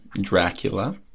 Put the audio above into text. Dracula